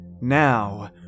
Now